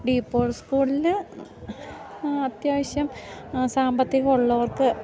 De Paul സ്കൂളിൽ അത്യാവശ്യം സാമ്പത്തികമുള്ളവർക്ക്